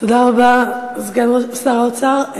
תודה רבה, סגן שר האוצר.